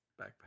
backpack